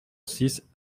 six